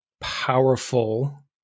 powerful